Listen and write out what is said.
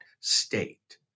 state